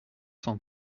cent